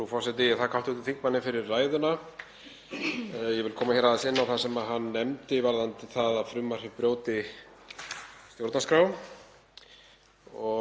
Frú forseti. Ég þakka hv. þingmanni fyrir ræðuna. Ég vil koma aðeins inn á það sem hann nefndi varðandi það að frumvarpið brjóti stjórnarskrá.